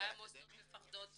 אולי המוסדות מפחדים